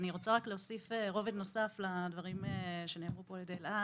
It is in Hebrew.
אני רוצה להוסיף רובד נוסף לדברים שנאמרו על ידי אלעד.